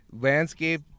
landscape